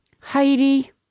Heidi